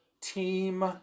Team